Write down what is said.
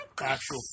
actual